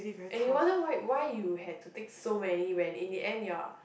and you wonder why why you had to take so many when in the end you're